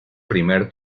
primer